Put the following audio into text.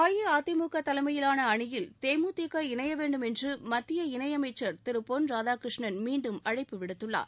அஇஅதிமுக தலைமயிலான அனியில் தேமுதிக இணைய வேண்டும் என்று மத்திய இணையமைச்சர் திரு பொன் ராதாகிருஷ்ணன் மீண்டும் அழைப்பு விடுத்துள்ளார்